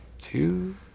two